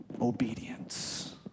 Obedience